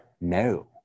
no